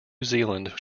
zealand